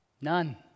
None